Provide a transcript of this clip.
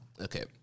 Okay